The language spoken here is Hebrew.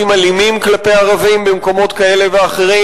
אלימים כלפי ערבים במקומות כאלה ואחרים,